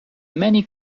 many